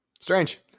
Strange